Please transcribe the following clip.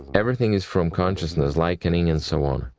everything is from consciousness, likening and so on.